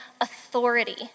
authority